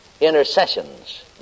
intercessions